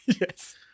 Yes